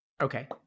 Okay